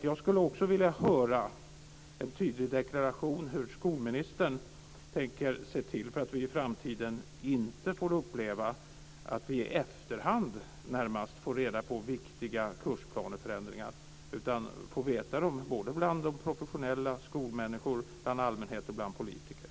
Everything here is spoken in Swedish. Jag skulle också vilja höra en tydlig deklaration från skolministern hur hon tänker se till att professionella skolmänniskor, allmänheten och politiker i framtiden inte får uppleva att de i efterhand får reda på viktiga kursplaneförändringar.